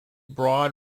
broad